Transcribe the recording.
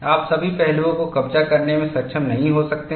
आप सभी पहलुओं को कब्जा करने में सक्षम नहीं हो सकते हैं